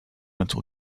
until